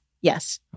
yes